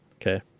Okay